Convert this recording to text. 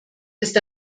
ist